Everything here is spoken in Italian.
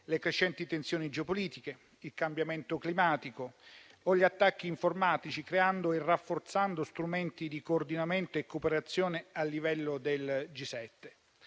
le crescenti tensioni geopolitiche, il cambiamento climatico o gli attacchi informatici, creando e rafforzando strumenti di coordinamento e cooperazione a livello del G7.